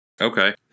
Okay